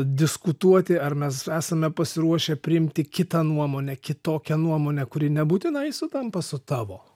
diskutuoti ar mes esame pasiruošę priimti kitą nuomonę kitokią nuomonę kuri nebūtinai sutampa su tavo